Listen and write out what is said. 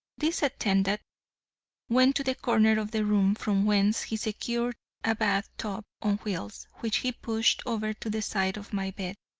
this attendant went to the corner of the room from whence he secured a bath tub on wheels, which he pushed over to the side of my bed.